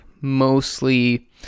Mostly